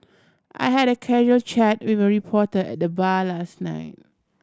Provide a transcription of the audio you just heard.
I had a casual chat with a reporter at the bar last night